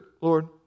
Lord